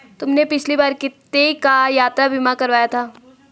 तुमने पिछली बार कितने का यात्रा बीमा करवाया था?